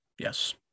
Yes